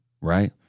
right